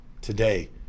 today